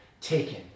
Taken